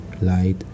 light